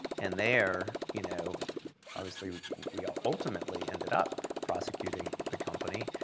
and there, you know obviously, we um ultimately ended up prosecuting the company,